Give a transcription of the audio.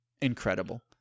incredible